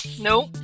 Nope